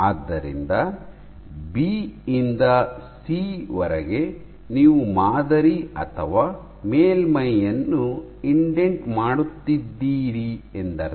ಆದ್ದರಿಂದ ಬಿ ಯಿಂದ ಸಿ ನಲ್ಲಿ ನೀವು ಮಾದರಿ ಅಥವಾ ಮೇಲ್ಮೈಯನ್ನು ಇಂಡೆಂಟ್ ಮಾಡುತ್ತಿದ್ದೀರಿ ಎಂದರ್ಥ